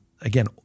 again